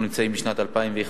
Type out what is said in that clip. אנחנו נמצאים בשנת 2011,